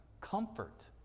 comfort